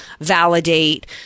validate